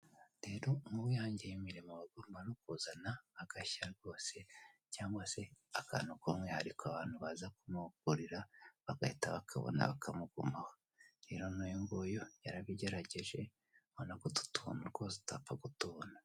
Rero uwihangiye imirimo agomba no kuzana agashya rwose cyangwa se akantu k'umwihariko abantu baza kumugurira, bagahita bakabona bakamugumaho. Uyu rero nawe nguyu yarabigerageje, urabona ko utu tuntu rwose utapfa kutubona.